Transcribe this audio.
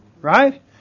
right